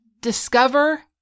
discover